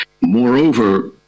Moreover